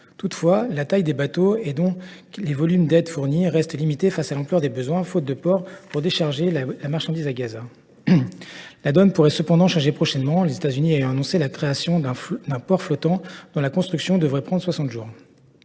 étant, la taille des bateaux et, donc, le volume de l’aide fournie restent limités face à l’ampleur des besoins, d’autant qu’il n’y a pas de port pour décharger la marchandise à Gaza. La donne pourrait cependant changer prochainement, car les États Unis ont prévu la création d’un port flottant dont la construction devrait prendre soixante jours.